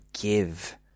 give